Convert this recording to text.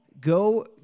Go